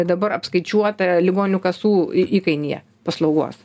dabar apskaičiuota ligonių kasų įkainyje paslaugos